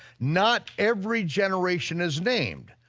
not every generation is named,